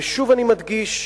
ושוב אני מדגיש,